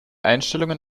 einstellungen